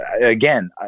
again